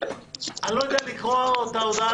אני לא אם לקרוא את ההודעה